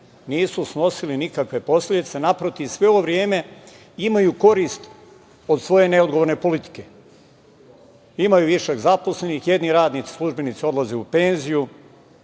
Nisu snosili nikakve posledice. Naprotiv, sve ovo vreme imaju korist od svoje neodgovorne politike – imaju višak zaposlenih, jedni radnici, službenici odlaze u penziju,